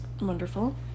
wonderful